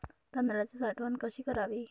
तांदळाची साठवण कशी करावी?